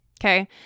Okay